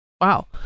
Wow